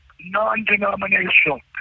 non-denominational